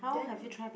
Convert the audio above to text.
then